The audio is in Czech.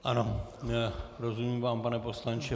Ano, rozumím vám, pane poslanče.